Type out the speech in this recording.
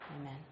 Amen